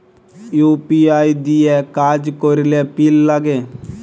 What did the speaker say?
UPI দিঁয়ে কাজ ক্যরলে পিল লাগে